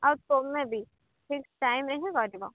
ଆଉ ତୁମେ ବି ଠିକ୍ ଟାଇମରେ ହିଁ କରିବ